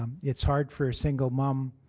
it's hard for a single mom